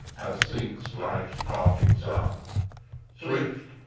as sinks life's parting sun swift,